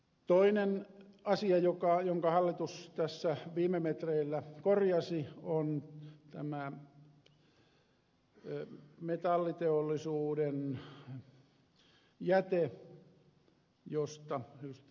toinen asia jonka hallitus tässä viime metreillä korjasi on metalliteollisuuden jäte josta ed